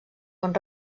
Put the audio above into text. bon